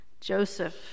Joseph